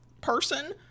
person